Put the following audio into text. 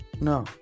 No